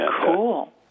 Cool